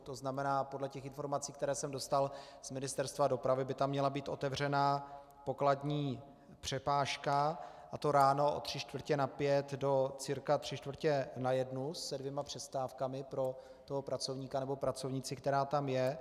To znamená, podle informací, které jsem dostal z Ministerstva dopravy, by tam měla být otevřena pokladní přepážka, a to ráno od tři čtvrtě na pět do cca tři čtvrtě na jednu se dvěma přestávkami pro toho pracovníka nebo pracovnici, která tam je.